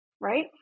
right